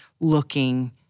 looking